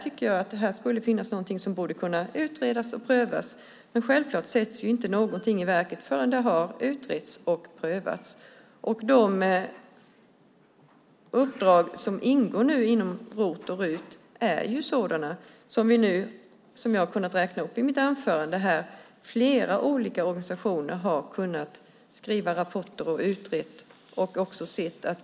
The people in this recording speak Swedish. Det är något som borde utredas och prövas. Naturligtvis sätts ingenting i verket förrän det har utretts och prövats. Som jag nämnde i mitt anförande har flera organisationer utrett och skrivit rapporter om de uppdrag som ingår i ROT och RUT.